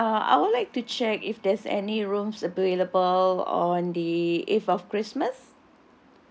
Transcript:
hi uh I would like to check if there's any rooms available on the eve of christmas